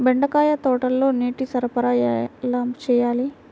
బెండకాయ తోటలో నీటి సరఫరా ఎలా చేయాలి?